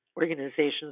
organizations